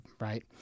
right